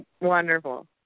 Wonderful